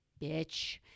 bitch